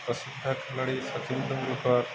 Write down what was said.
ପ୍ରସିଦ୍ଧ ଖେଳାଳି ସଚିନ ତେନ୍ଦୁଲକର